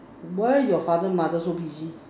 why your father mother so busy